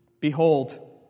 Behold